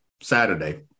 saturday